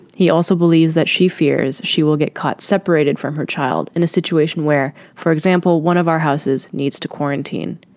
he also believes that she fears she will get caught, separated from her child in a situation where, for example, one of our houses needs to quarantine.